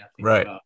right